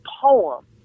poem